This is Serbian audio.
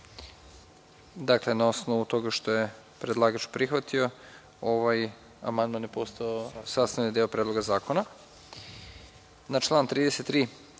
Na osnovu toga što je predlagač prihvatio, ovaj amandman je postao sastavni deo Predloga zakona. Na član 33.